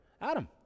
Adam